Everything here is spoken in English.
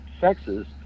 sexes